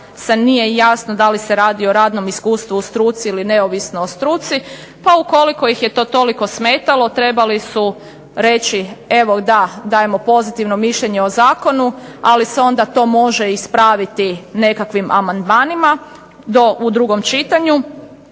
nije jasno da li se radi o radnom iskustvu u struci ili neovisno o struci, pa ukoliko ih je to toliko smetalo trebali su reći evo da, dajemo pozitivno mišljenje o zakonu ali se onda to može ispraviti nekakvim amandmanima do u drugom čitanju,